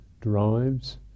drives